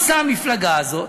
עכשיו, מה עושה המפלגה הזאת?